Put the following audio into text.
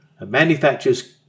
Manufacturers